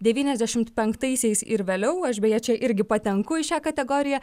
devyniasdešimt penktaisiais ir vėliau aš beje čia irgi patenku į šią kategoriją